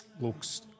Looks